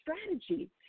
strategy